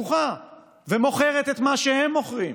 פתוחה ומוכרת את מה שהם מוכרים.